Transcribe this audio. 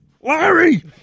Larry